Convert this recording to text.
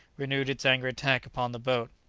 renewed its angry attack upon the boat.